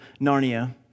Narnia